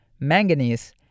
manganese